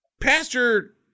Pastor